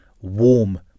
warm